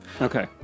okay